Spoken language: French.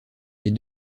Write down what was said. les